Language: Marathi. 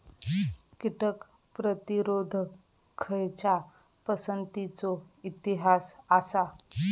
कीटक प्रतिरोधक खयच्या पसंतीचो इतिहास आसा?